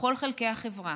בכל חלקי החברה,